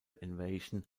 invasion